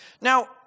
Now